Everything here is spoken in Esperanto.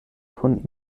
kun